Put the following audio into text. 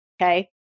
Okay